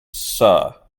sir